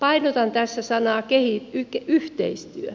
painotan tässä sanaa yhteistyö